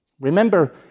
remember